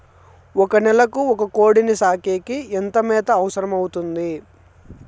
ఒక నెలకు ఒక కోడిని సాకేకి ఎంత మేత అవసరమవుతుంది?